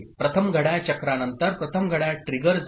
प्रथम घड्याळ चक्रा नंतर प्रथम घड्याळ ट्रिगर झाले